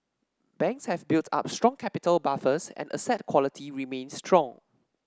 banks have built up strong capital buffers and asset quality remains strong